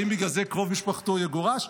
האם בגלל זה קרוב משפחתו יגורש?